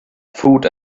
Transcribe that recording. food